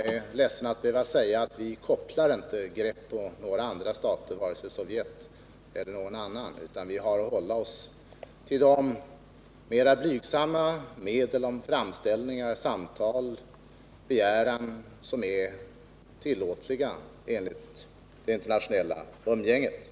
är ledsen att behöva säga att vi inte kopplar grepp på några andra stater, vare sig Sovjet eller någon annan, utan vi har att hålla oss till de mer blygsamma medel — samtal, begäran — som är tillåtliga enligt reglerna för det internationella umgänget.